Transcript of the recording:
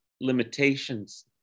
limitations